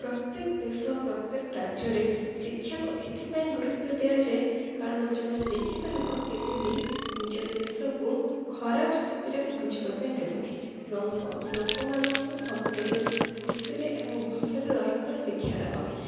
ପ୍ରତ୍ୟେକ ଦେଶ ପ୍ରତ୍ୟେକ ରାଜ୍ୟରେ ଶିକ୍ଷାକୁ ଏଥିପାଇଁ ଗୁରୁତ୍ୱ ଦିଆଯାଏ କାରଣ ଜଣେ ଶିକ୍ଷିତ ଲୋକ କେବେବି ନିଜ ଦେଶକୁ ଖରାପ୍ ସ୍ଥିତିରେ ପହଁଞ୍ଚିବା ପାଇଁ ଦେବନି ଏବଂ ଲୋକମାନଙ୍କୁ ସବୁବେଳେ ଖୁସିରେ ଏବଂ ଭଲରେ ରହିବାର ଶିକ୍ଷା ଦେବ